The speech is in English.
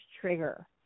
trigger